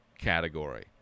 category